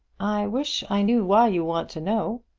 i wish i knew why you want to know.